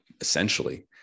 essentially